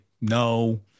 no